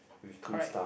correct